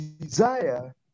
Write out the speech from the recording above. desire